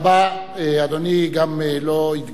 אדוני גם לא הדגיש, נדמה לי,